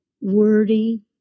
wordy